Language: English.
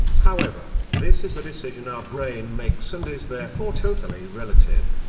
however, this is a decision our brain makes and is therefore totally relative.